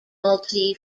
multi